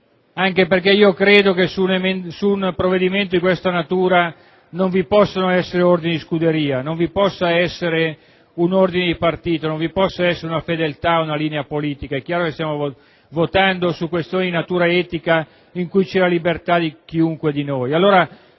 anche perché credo che su un provvedimento di questa natura non vi possano essere ordini di scuderia, non vi possa essere un ordine di partito, una fedeltà o una linea politica. È chiaro che stiamo votando su questioni di natura etica, in cui ognuno è libero di scegliere come